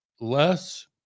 less